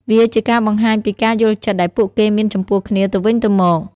វាជាការបង្ហាញពីការយល់ចិត្តដែលពួកគេមានចំពោះគ្នាទៅវិញទៅមក។